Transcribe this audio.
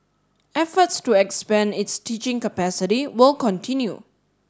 efforts to expand its teaching capacity will continue